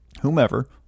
whomever